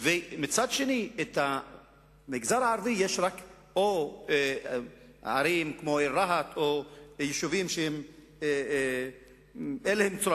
ומצד שני במגזר הערבי יש רק או ערים כמו רהט או יישובים שאין להם צורה,